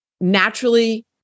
naturally